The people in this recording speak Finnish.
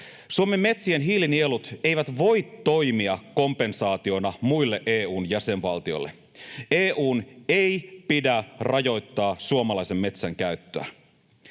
”Suomen metsien hiilinielut eivät voi toimia kompensaationa muille EU:n jäsenvaltiolle. EU:n ei pidä rajoittaa suomalaisen metsän käyttöä.”